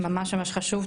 ממש ממש חשוב,